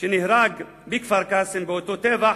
שנהרג בכפר-קאסם באותו טבח,